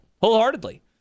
wholeheartedly